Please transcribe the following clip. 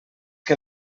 que